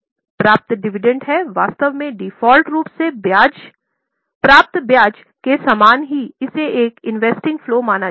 प्राप्त डिविडेंड फलो माना जाएगा